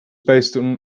based